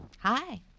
Hi